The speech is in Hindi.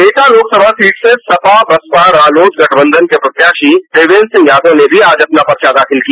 एटा लोकसभा सीट से सपा बसपा रालोत गठबंधन के प्रत्याशी देवेन्द्र सिंह यादव ने भी आज अपना पर्चा दाखिल किया